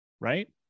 right